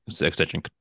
extension